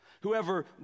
Whoever